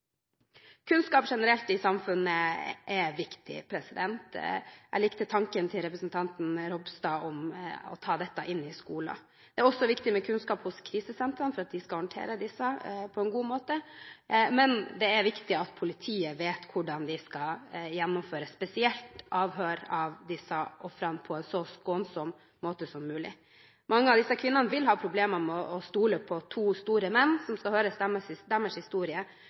Kunnskap generelt i samfunnet er viktig. Jeg likte tanken til representanten Ropstad om å ta dette inn i skolen. Det er også viktig med kunnskap hos krisesentrene for at de skal håndtere dette på en god måte, men det er viktig at politiet vet hvordan de skal gjennomføre spesielt avhør av disse ofrene på en så skånsom måte som mulig. Mange av disse kvinnene vil ha problemer med å stole på to store menn som skal høre deres historie,